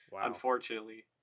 Unfortunately